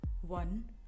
one